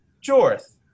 Jorth